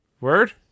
Word